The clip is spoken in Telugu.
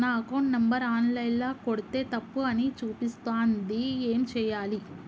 నా అకౌంట్ నంబర్ ఆన్ లైన్ ల కొడ్తే తప్పు అని చూపిస్తాంది ఏం చేయాలి?